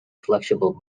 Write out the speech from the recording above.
flexible